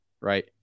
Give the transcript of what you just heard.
Right